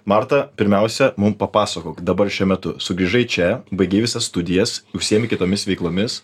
marta pirmiausia mum papasakok dabar šiuo metu sugrįžai čia baigei visas studijas užsijemi kitomis veiklomis